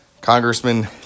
Congressman